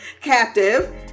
captive